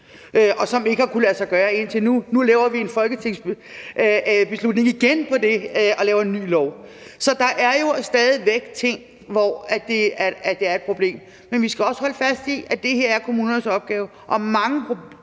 og som ikke har kunnet lade sig gøre indtil nu. Nu laver vi igen en folketingsbeslutning om det og laver en ny lov. Så der er jo stadig væk steder, hvor det er problem. Men vi skal også holde fast i, at det her er kommunernes opgave,